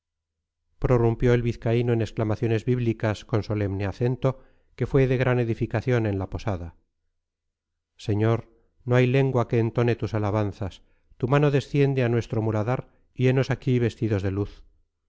prorrumpió el vizcaíno en exclamaciones bíblicas con solemne acento que fue de gran edificación en la posada señor no hay lengua que entone tus alabanzas tu mano desciende a nuestro muladar y henos aquí vestidos de luz